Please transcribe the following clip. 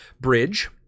bridge